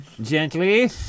Gently